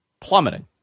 plummeting